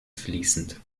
fließend